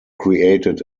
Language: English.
created